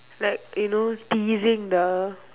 like you know teasing the